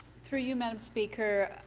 through you madam speaker